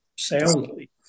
soundly